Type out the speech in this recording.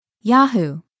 Yahoo